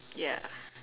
ya